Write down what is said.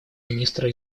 министра